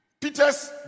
Peter's